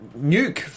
nuke